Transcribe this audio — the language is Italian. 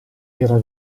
era